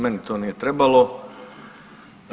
Meni to nije trebalo.